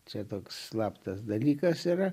čia toks slaptas dalykas yra